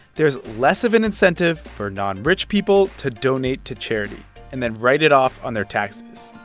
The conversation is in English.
there's less of an incentive for non-rich people to donate to charity and then write it off on their taxes.